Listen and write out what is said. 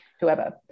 whoever